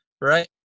right